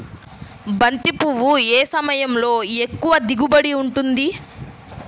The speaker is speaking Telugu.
బంతి పువ్వు ఏ సమయంలో ఎక్కువ దిగుబడి ఉంటుంది?